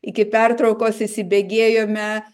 iki pertraukos įsibėgėjome